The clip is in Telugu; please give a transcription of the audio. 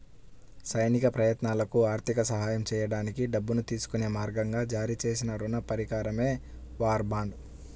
సైనిక ప్రయత్నాలకు ఆర్థిక సహాయం చేయడానికి డబ్బును తీసుకునే మార్గంగా జారీ చేసిన రుణ పరికరమే వార్ బాండ్